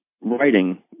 writing